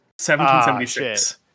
1776